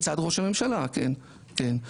מצד ראש הממשלה כן כן.